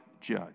judge